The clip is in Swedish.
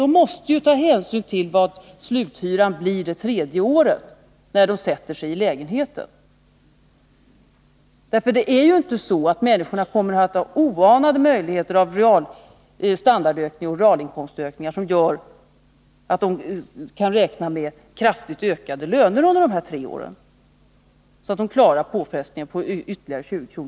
De måste ju ta hänsyn till hur stor sluthyran blir det tredje året när de sätter sig i lägenheterna, för det är ju inte så att människor kommer att få oanade möjligheter till standardökningar och realinkomstökningar som gör att de kan räkna med kraftigt ökade löner under de här tre åren, så att de klarar påfrestningen med ytterligare 20 kr.